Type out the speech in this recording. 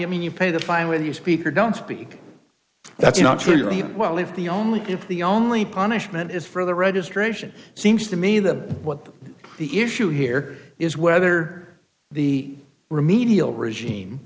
you mean you pay the fine when you speak or don't speak that's not true well if the only if the only punishment is for the registration seems to me that what the issue here is whether the remedial regime